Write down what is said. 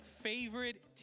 favorite